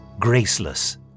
Graceless